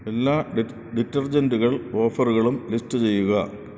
എല്ലാ ഡിറ്റർജെൻറ്റുകൾ ഓഫറുകളും ലിസ്റ്റ് ചെയ്യുക